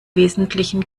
wesentlichen